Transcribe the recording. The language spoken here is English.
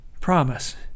promise